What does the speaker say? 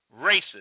racist